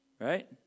Right